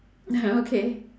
uh okay